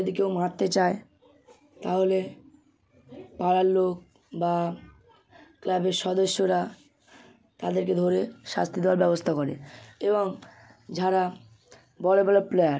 যদি কেউ মারতে চায় তাহলে পাড়ার লোক বা ক্লাবের সদস্যরা তাদেরকে ধরে শাস্তি দেওয়ার ব্যবস্থা করে এবং যারা বড় বড় প্লেয়ার